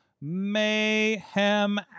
Mayhem